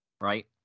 right